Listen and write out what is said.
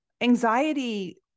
anxiety